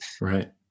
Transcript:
Right